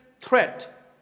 threat